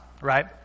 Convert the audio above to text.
Right